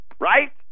right